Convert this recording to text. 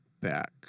back